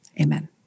Amen